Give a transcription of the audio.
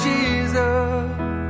Jesus